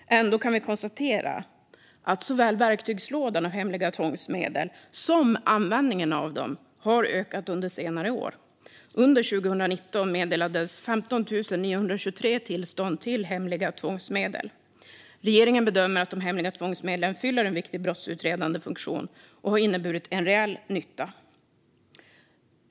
Ändå kan vi konstatera att såväl verktygslådan av hemliga tvångsmedel som användningen av dem har ökat under senare år. Under 2019 meddelades 15 923 tillstånd till hemliga tvångsmedel. Regeringen bedömer att de hemliga tvångsmedlen fyller en viktig brottsutredande funktion och har inneburit en reell nytta.